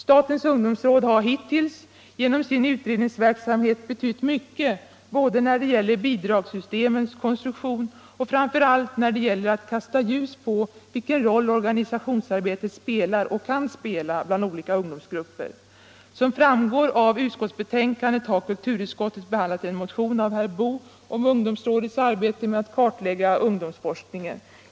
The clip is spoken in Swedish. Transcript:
Statens ungdomsråd har hittills genom sin utredningsverksamhet betytt mycket när det gäller bidrugssystemens konstruktion och framför allt när det gäller att kasta ljus över vilken roll organisationsarbetet spelar och kan spela bland olika ungdomsgrupper. Som framgår av utskotisbetänkandet har kulturutskottet behandlat en motion av herr Boo om ungdomsrådets arbete med att kartlägga ungdomsforskningen.